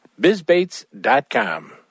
bizbaits.com